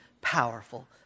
powerful